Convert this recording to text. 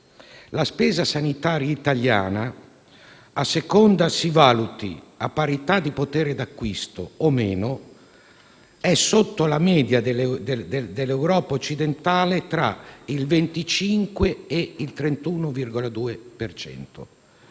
La spesa sanitaria italiana, a seconda che la si valuti a parità di potere d'acquisto o meno, è sotto la media dell'Europa occidentale tra il 25 e il 31,2